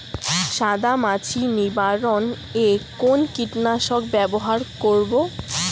সাদা মাছি নিবারণ এ কোন কীটনাশক ব্যবহার করব?